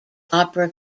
opera